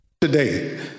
Today